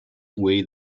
way